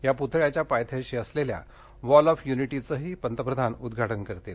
या पुतळ्याच्या पायथ्याशी असलेल्या वॉल ऑफ युनिटीचंही पंतप्रधान उदघाटन करतील